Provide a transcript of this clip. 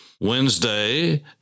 Wednesday